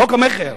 חוק המכר,